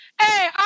Hey